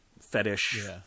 fetish